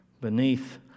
beneath